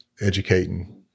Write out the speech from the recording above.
educating